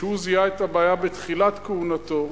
שהוא זיהה את הבעיה בתחילת כהונתו,